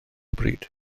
bryd